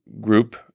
group